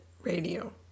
Radio